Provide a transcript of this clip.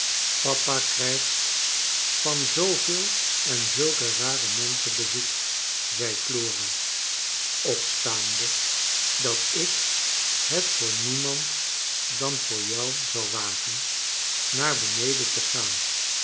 papa krijgt van zooveel en zulke rare menschen bezoek zei flora opstaande dat ik het voor niemand dan voor jou zou wagen naar beneden te gaan